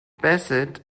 bassett